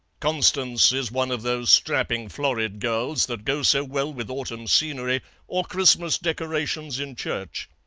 constance is one of those strapping florid girls that go so well with autumn scenery or christmas decorations in church.